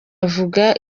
avuga